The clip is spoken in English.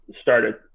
started